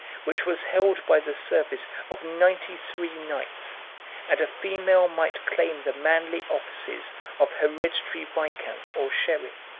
which was held by the service of ninety-three knights and a female might claim the manly offices of hereditary viscount or sheriff,